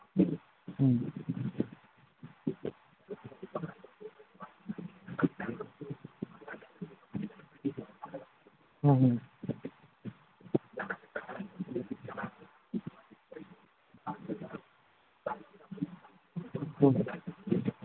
ꯎꯝ ꯎꯝꯍꯨꯝ ꯎꯝ